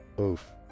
Oof